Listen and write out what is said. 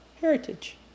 heritage